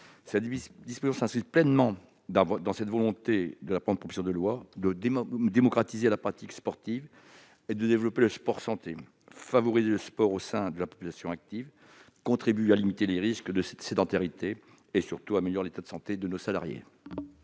Cette disposition s'inscrit pleinement dans l'esprit de la présente proposition de loi de démocratiser la pratique sportive et de développer le sport-santé. Favoriser la pratique du sport au sein de la population active contribue à limiter les risques liés à la sédentarité et améliore l'état de santé de nos salariés.